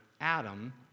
Adam